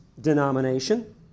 denomination